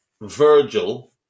Virgil